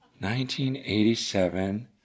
1987